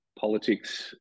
politics